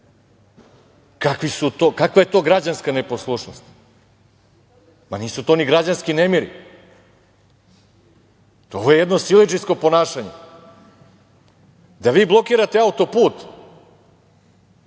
Kakva je to građanska neposlušnost. Ma, nisu to ni građanski nemiri, to je jedno siledžijsko ponašanje da vi blokirate auto-put,